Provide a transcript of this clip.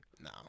No